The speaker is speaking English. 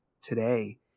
today